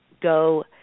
go –